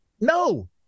No